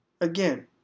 Again